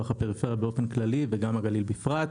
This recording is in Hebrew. הפריפריה באופן כללי וגם הגליל בפרט.